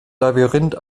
labyrinth